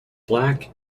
black